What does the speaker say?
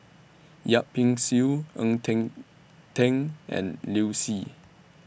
Yip Pin Xiu Ng Eng Teng and Liu Si